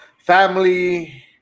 family